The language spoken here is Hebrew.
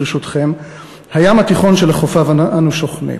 ברשותכם: הים התיכון שלחופיו אנו שוכנים.